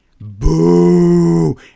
boo